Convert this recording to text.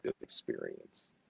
experience